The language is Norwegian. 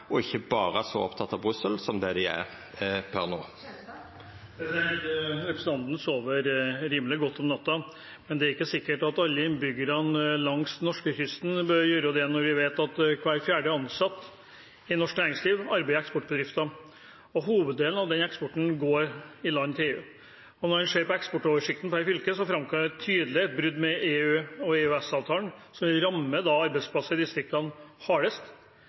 og ikkje berre så opptekne av Brussel som det dei er per no. Denne representanten sover rimelig godt om natta, men det er ikke sikkert at alle innbyggerne langs norskekysten bør gjøre det når vi vet at hver fjerde ansatt i norsk næringsliv arbeider i en eksportbedrift, og hoveddelen av den eksporten går til land i EU. Når man ser på eksportoversikten per fylke, framkommer det tydelig brudd med EU- og EØS-avtalen, så man rammer arbeidsplasser i distriktene hardest.